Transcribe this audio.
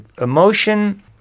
emotion